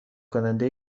کنده